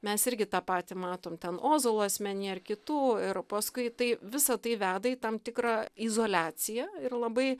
mes irgi tą patį matom ten ozolo asmenyje ar kitų ir paskui tai visa tai veda į tam tikrą izoliaciją ir labai